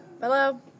Hello